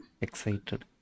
Excited